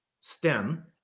STEM